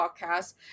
podcast